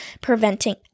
preventing